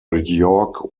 york